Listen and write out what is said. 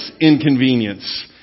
inconvenience